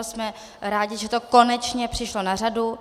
Jsme rádi, že to konečně přišlo na řadu.